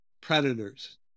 predators